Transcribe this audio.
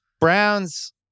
Browns